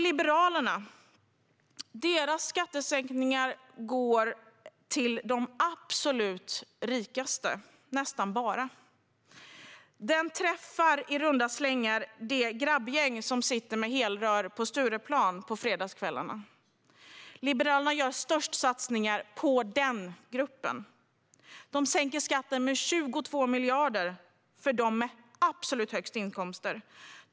Liberalernas skattesänkningar går nästan bara till de absolut rikaste. De träffar i princip de grabbgäng som sitter med helrör på Stureplan på fredagskvällarna. Liberalerna gör störst satsningar på denna grupp. Man sänker skatten med 22 miljarder för dem med absolut högst inkomster.